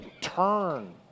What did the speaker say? turn